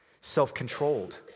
self-controlled